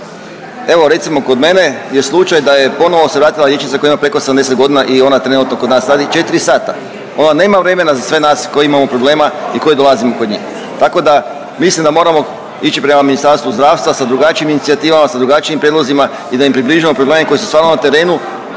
Evo recimo kod mene je slučaj da je ponovo se vratila liječnica koja ima preko 70.g. i ona trenutno kod nas radi 4 sata, ona nema vremena za sve nas koji imamo problema i koji dolazimo kod nje. Tako da mislim da moramo ići prema Ministarstvu zdravstva sa drugačijim inicijativa, sa drugačijim prijedlozima i da im približimo probleme koji su stvarno na terenu.